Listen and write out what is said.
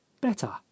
better